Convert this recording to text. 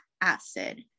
acid